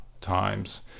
times